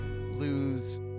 lose